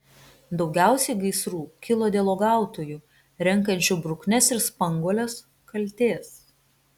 daugiausiai gaisrų kilo dėl uogautojų renkančių bruknes ir spanguoles kaltės